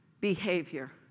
behavior